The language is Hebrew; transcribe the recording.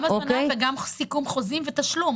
גם הזמנה וגם סיכום חוזים ותשלום.